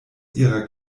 ihrer